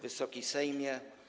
Wysoki Sejmie!